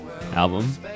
album